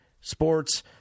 Sports